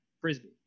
Frisbee